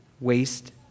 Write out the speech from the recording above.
waste